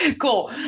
cool